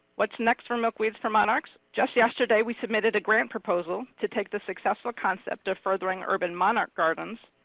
what's next for milkweeds for monarchs? just yesterday we submitted a grant proposal to take the successful concept of furthering urban monarch gardens,